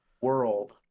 world